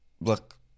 look